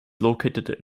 located